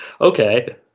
okay